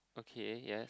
okay ya